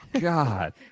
God